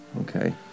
Okay